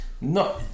No